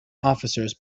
officers